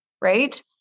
right